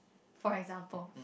for example